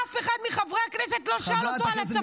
אף אחד מחברי הכנסת לא שאל אותו על הצפון.